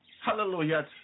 Hallelujah